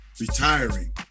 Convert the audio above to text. Retiring